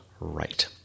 Right